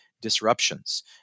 disruptions